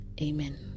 amen